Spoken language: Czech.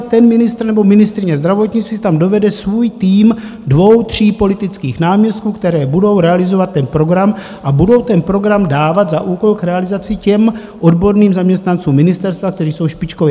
Ten ministr nebo ministryně zdravotnictví si tam dovede svůj tým dvou tří politických náměstků, kteří budou realizovat ten program a budou ten program dávat za úkol k realizaci těm odborným zaměstnancům ministerstva, kteří jsou špičkoví.